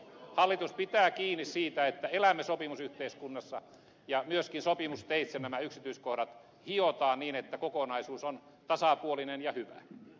hallitus pitää kiinni siitä että elämme sopimusyhteiskunnassa ja myöskin sopimusteitse nämä yksityiskohdat hiotaan niin että kokonaisuus on tasapuolinen ja hyvä